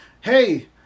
Hey